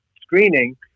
screening